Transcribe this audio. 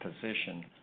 position